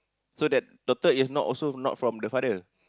so that daughter is not also not from the father